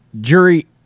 jury